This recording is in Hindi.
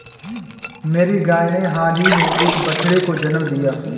मेरी गाय ने हाल ही में एक बछड़े को जन्म दिया